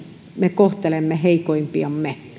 me kohtelemme heikoimpiamme